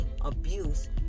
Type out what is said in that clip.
abuse